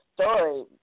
story